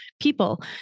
people